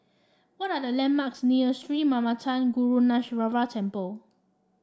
what are the landmarks near Sri Manmatha Karuneshvarar Temple